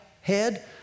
head